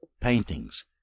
paintings